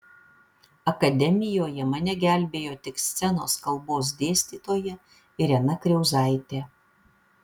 akademijoje mane gelbėjo tik scenos kalbos dėstytoja irena kriauzaitė